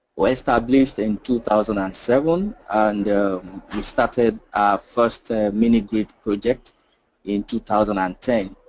were established in two thousand and seven and we started our first mini-grid project in two thousand and ten.